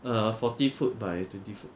uh forty foot by twenty foot